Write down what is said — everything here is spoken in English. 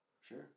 Sure